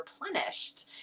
replenished